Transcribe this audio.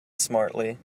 smartly